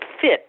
fit